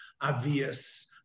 obvious